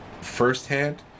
firsthand